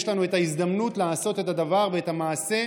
יש לנו את ההזדמנות לעשות את הדבר ואת המעשה,